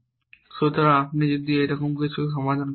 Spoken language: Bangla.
সুতরাং আপনি যদি এইরকম কিছু সমাধান করতে চান